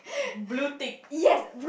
blue tick